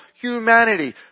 humanity